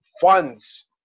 funds